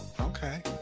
Okay